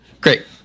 Great